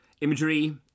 imagery